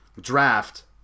draft